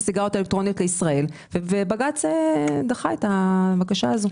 הסיגריות האלקטרוניות לישראל ובג"ץ דחה את הבקשה הזאת.